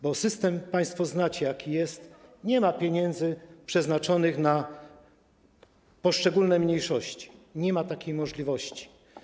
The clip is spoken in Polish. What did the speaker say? Bo system państwo znacie, wiecie, jaki jest - nie ma pieniędzy przeznaczonych na poszczególne mniejszości, nie ma takiej możliwości.